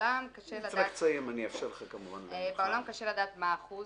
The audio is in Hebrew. בעולם קשה לדעת מה האחוז,